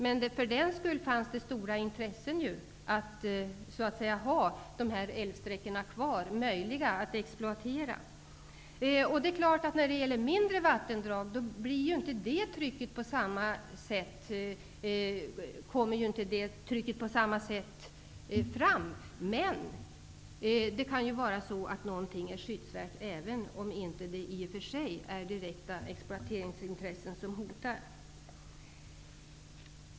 Men för den skull finns det stora intressen av att ha möjligheten kvar att exploatera dessa älvsträckor. När det gäller mindre vattendrag finns inte det trycket på samma sätt. Men det kan ju vara så att någonting är skyddsvärt även om inte direkta exploateringsintressen hotar.